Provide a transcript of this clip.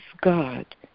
God